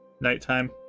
nighttime